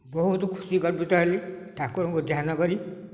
ବହୁତ ଖୁସି ଗର୍ବିତ ହେଲି ଠାକୁରଙ୍କୁ ଧ୍ୟାନ କରି